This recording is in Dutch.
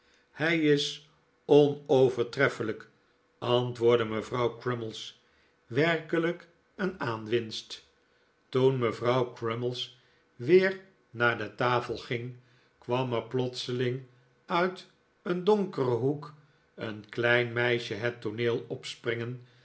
hij is onovertreffelijk antwoordde mevrouw crummies werkelijk een aanwinst toen mevrouw crummies weer naar de tafel ging kwam er plotseling uit een donkeren hoek een klein meisje het tooneel opspringen